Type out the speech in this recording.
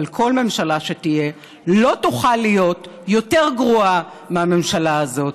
אבל כל ממשלה שתהיה לא תוכל להיות יותר גרועה מהממשלה הזאת.